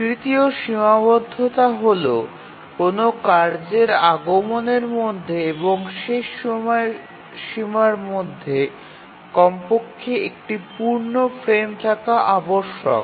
তৃতীয় সীমাবদ্ধতা হল কোনও কার্যের আগমনের মধ্যে এবং শেষ সময়সীমার মধ্যে কমপক্ষে একটি পূর্ণ ফ্রেম থাকা আবশ্যক